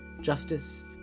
justice